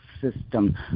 System